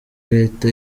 leta